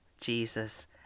Jesus